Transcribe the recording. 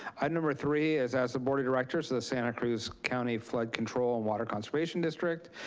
item number three is, as the board of directors of the santa cruz county flood control and water conservation district,